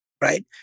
right